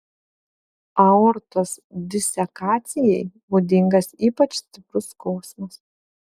aortos disekacijai būdingas ypač stiprus skausmas